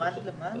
רפרנט למה?